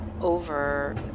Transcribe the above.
over